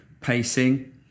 pacing